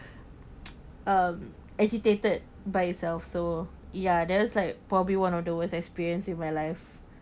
um agitated by itself so ya there's like probably one of the worst experience in my life